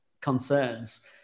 concerns